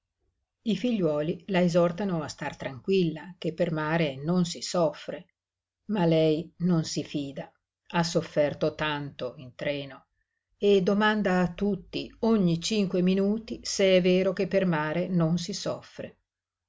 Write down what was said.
i figliuoli la esortano a star tranquilla che per mare non si soffre ma lei non si fida ha sofferto tanto in treno e domanda a tutti ogni cinque minuti se è vero che per mare non si soffre